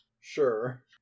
Sure